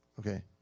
Okay